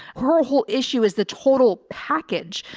her whole issue is the total package.